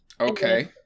Okay